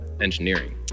engineering